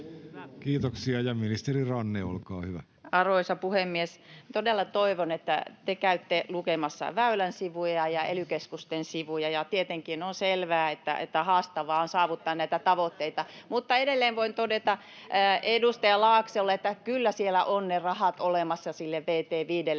vas) Time: 16:17 Content: Arvoisa puhemies! Todella toivon, että te käytte lukemassa Väylän sivuja ja ely-keskusten sivuja. Tietenkin on selvää, että on haastavaa saavuttaa näitä tavoitteita. Edelleen voin todeta edustaja Laaksolle, että kyllä siellä ovat ne rahat olemassa sille vt